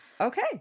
Okay